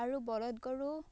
আৰু বলধ গৰু